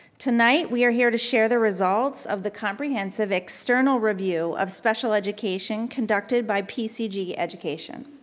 tonight we are here to share the results of the comprehensive external review of special education, conducted by pcg education.